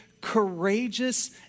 courageous